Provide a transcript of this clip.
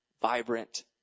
Vibrant